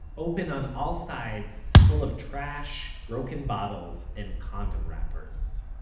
open on all sides, full of trash, broken bottles and condom wrappers